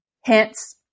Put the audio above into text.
Hence